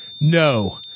No